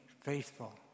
faithful